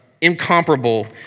incomparable